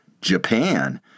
Japan